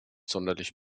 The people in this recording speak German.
sonderlich